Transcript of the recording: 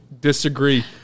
disagree